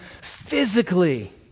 physically